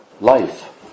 life